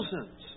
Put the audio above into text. thousands